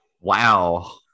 Wow